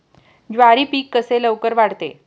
ज्वारी पीक कसे लवकर वाढते?